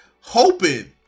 hoping